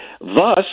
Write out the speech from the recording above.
thus